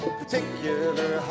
particular